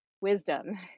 wisdom